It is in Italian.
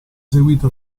seguita